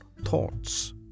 thoughts